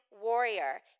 warrior